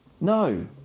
No